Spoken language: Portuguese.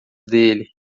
dele